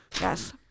Yes